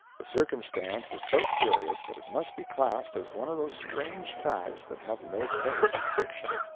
the circumstance is so curious that it must be classed as one of those strange facts that have no place in fiction.